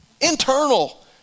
Internal